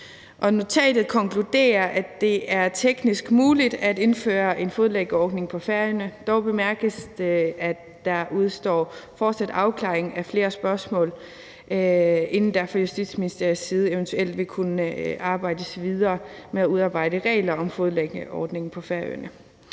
Notatet konkluderer, at det er teknisk muligt at indføre en fodlænkeordning på Færøerne. Dog bemærkes det, at der fortsat udestår afklaring af flere spørgsmål, inden der fra Justitsministeriets side eventuelt vil kunne arbejdes videre med at udarbejde regler om en fodlænkeordning på Færøerne,